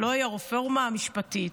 הלוא היא הרפורמה המשפטית.